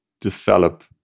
develop